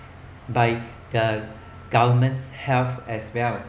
by the government's health as well